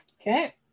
Okay